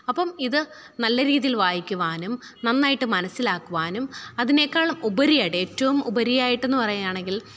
അപ്പം ഇത് നല്ല രീതിയില് വായിക്കുവാനും നന്നായിട്ട് മനസ്സിലാക്കുവാനും അതിനേക്കാള് ഉപരിയായിട്ട് ഏറ്റവും ഉപരിയായിട്ടെന്നു പറയുകയാണെങ്കില്